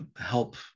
help